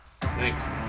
Thanks